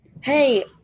hey